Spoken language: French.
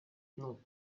non